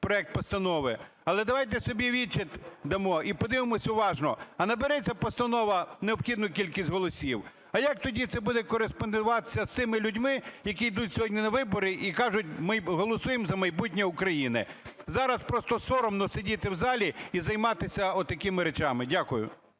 проект постанови. Але давайте собі відчит дамо і подивимося уважно: а набере ця постанова необхідну кількість голосів? А як тоді це буде кореспондуватися з тими людьми, які йдуть сьогодні на вибори і кажуть: "Ми голосуємо за майбутнє України"? Зараз просто соромно сидіти в залі і займатися от такими речами. Дякую.